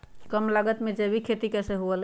कम लागत में जैविक खेती कैसे हुआ लाई?